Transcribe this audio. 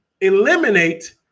eliminate